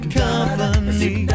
company